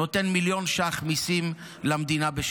נותן מיליון שקל מיסים בשנה למדינה.